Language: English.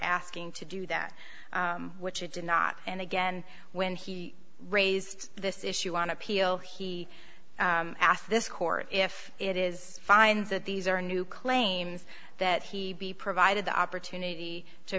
asking to do that which he did not and again when he raised this issue on appeal he asked this court if it is finds that these are new claims that he be provided the opportunity to